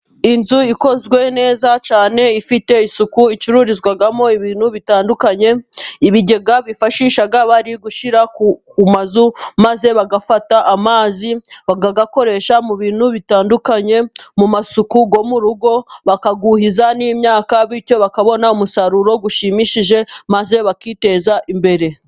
Inzu ikozwe neza cyane ifite isuku, icururizwamo ibintu bitandukanye. Ibigega bifashisha bari gushyira ku mazu maze bagafata amazi, bakayakoresha mu bintu bitandukanye: mu masuku yo mu rugo, bakayuhiza n'imyaka bityo bakabona umusaruro ushimishije, maze bakiteza imbere.